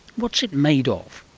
what's it made of?